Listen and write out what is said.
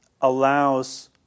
allows